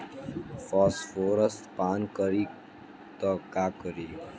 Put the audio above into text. Phosphorus पान करी त का करी?